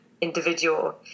individual